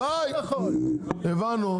הבנו, הבנו.